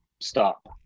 stop